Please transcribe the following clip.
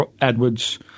Edwards